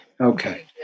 okay